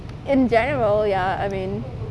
in general ya I mean